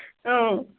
اۭں